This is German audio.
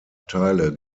teile